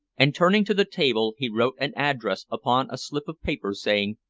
and turning to the table he wrote an address upon a slip of paper, saying,